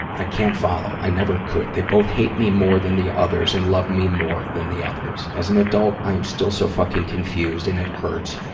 i can't follow i never could. they both hate me more than the others and love me more than the others. as an adult, i am still so fucking confused and it hurts.